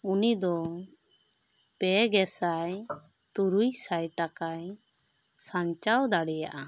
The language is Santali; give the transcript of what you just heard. ᱩᱱᱤ ᱫᱚ ᱯᱮ ᱜᱮᱥᱟᱭ ᱛᱩᱨᱩᱭ ᱥᱟᱭ ᱴᱟᱠᱟᱭ ᱥᱟᱱᱪᱟᱣ ᱫᱟᱲᱮᱭᱟᱜᱼᱟ